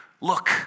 Look